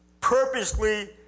purposely